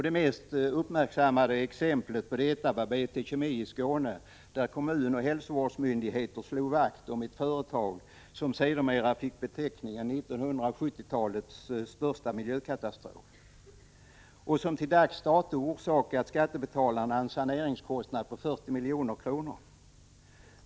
Det mest uppmärksammade exemplet på detta var BT Kemi i Skåne, där kommun och hälsovårdsmyndigheter slog vakt om ett företag som sedermera fick beteckningen 1970-talets största miljökatastrof och som till dags dato orsakat skattebetalarna en saneringskostnad på 40 milj.kr.